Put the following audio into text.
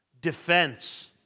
defense